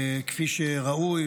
כפי שראוי.